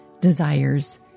desires